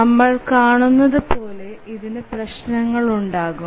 നമ്മൾ കാണുന്നതുപോലെ ഇതിന് പ്രശ്നങ്ങളുണ്ടാകും